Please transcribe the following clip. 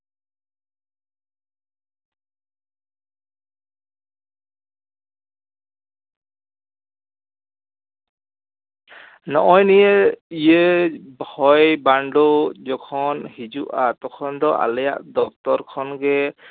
ᱱᱚᱜᱼᱚᱭ ᱱᱤᱭᱟᱹ ᱤᱭᱟᱹ ᱦᱚᱭ ᱵᱟᱱᱰᱳ ᱡᱚᱠᱷᱚᱱ ᱦᱤᱡᱩᱜᱼᱟ ᱛᱚᱠᱷᱚᱱ ᱫᱚ ᱟᱞᱮᱭᱟᱜ ᱫᱚᱯᱛᱚᱨ ᱠᱷᱚᱱ ᱜᱮ